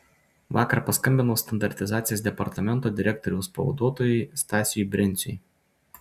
vakar paskambinau standartizacijos departamento direktoriaus pavaduotojui stasiui brenciui